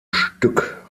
stück